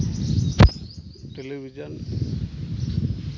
television